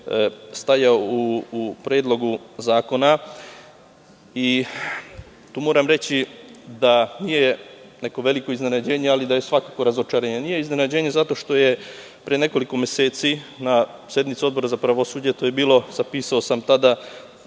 stajalo u predlogu zakona. Moram reći da nije neko veliko iznenađenje, ali da je svakako razočarenje. Nije iznenađenje zato što je pre nekoliko meseci na sednici Odbora za pravosuđe, to je bilo 21. marta